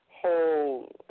whole